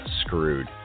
screwed